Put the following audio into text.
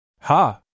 Ha